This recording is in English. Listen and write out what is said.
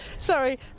Sorry